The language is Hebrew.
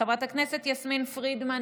חברת הכנסת יסמין פרידמן,